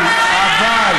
עתיד.